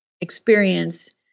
experience